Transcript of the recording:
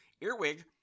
Earwig